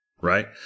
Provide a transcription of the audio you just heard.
Right